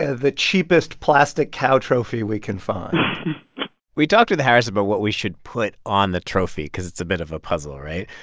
ah the cheapest plastic cow trophy we can find we talked with harris about what we should put on the trophy cause it's a bit of a puzzle, right?